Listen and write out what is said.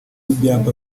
ibyapa